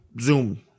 zoom